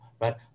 right